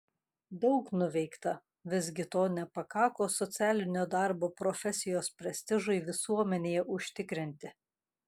daug nuveikta visgi to nepakako socialinio darbo profesijos prestižui visuomenėje užtikrinti